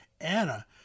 Anna